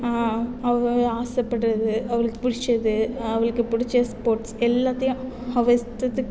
அவள் ஆசைபட்டுறது அவளுக்கு பிடிச்சது அவளுக்கு பிடிச்ச ஸ்போர்ட்ஸ் எல்லாத்தையும் அவள் இஷ்டத்துக்கு